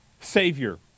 Savior